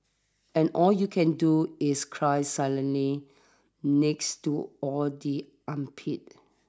and all you can do is cry silently next to all the armpits